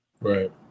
Right